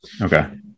Okay